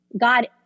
God